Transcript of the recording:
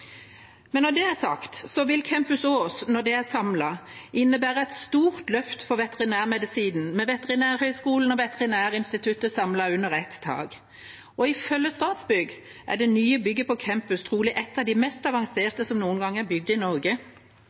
Men når det er sagt, vil Campus Ås, når det er samlet, innebære et stort løft for veterinærmedisinen, med Veterinærhøgskolen og Veterinærinstituttet samlet under ett tak, og ifølge Statsbygg er det nye bygget på campus trolig et av de mest avanserte som noen gang er bygd i Norge.